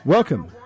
Welcome